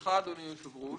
לך אדוני היושב-ראש,